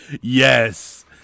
yes